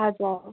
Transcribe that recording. हजुर